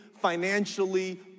financially